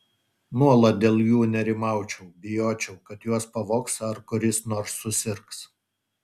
nuolat dėl jų nerimaučiau bijočiau kad juos pavogs ar kuris nors susirgs